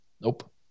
Nope